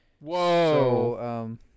whoa